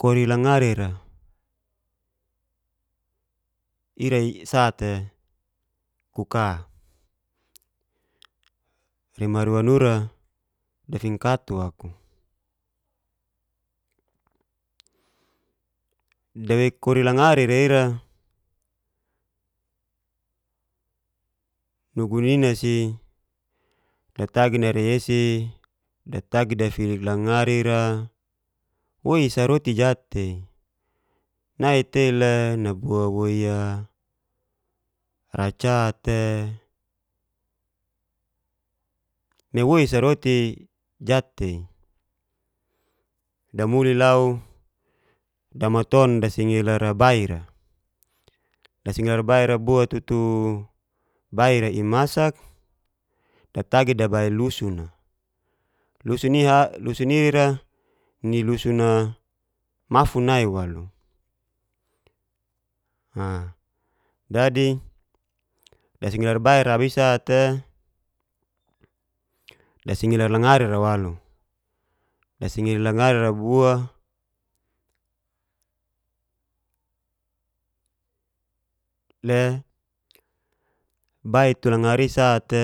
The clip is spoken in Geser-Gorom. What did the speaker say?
Kori langari'ra ira'i sa'te kuka remari wanura dafingkatu aku dawei kori langari'ra ira nugu nina narei esi datagi dafilik langari'ra woi sa roti jat'tei naitei le naile nabu'a woi'a raca te newoi sa roti jat'tei, damuli lau damaton dasingler bai'ra, dasingelar bai'ra bua tutu baira imasak datagi dabail lusuna, lusun'ia i'ira ni lusun ia ni lusun mafun nai walu a dadi dasingelar baira abi'i sa'te dasingelar langari'ra walu, dasingelar langari'ra bua le bai tu langari'i sa'te